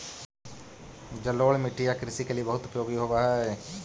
जलोढ़ मिट्टी या कृषि के लिए बहुत उपयोगी होवअ हई